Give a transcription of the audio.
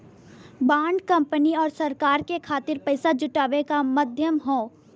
bond company आउर सरकार के खातिर पइसा जुटावे क माध्यम हौ